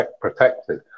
protected